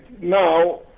now